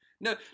no